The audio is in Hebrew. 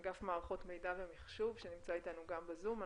אגף מערכות מידע ומחשוב, שנמצא איתנו גם בזום.